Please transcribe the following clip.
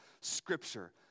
Scripture